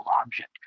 object